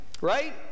Right